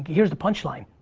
here's the punchline.